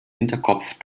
hinterkopf